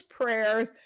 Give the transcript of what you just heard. prayers